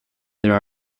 there